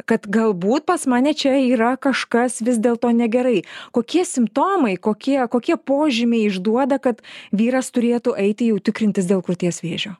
kad galbūt pas mane čia yra kažkas vis dėlto negerai kokie simptomai kokie kokie požymiai išduoda kad vyras turėtų eiti jau tikrintis dėl krūties vėžio